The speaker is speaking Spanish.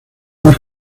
más